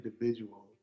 individual